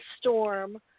storm